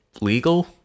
legal